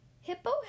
Hippo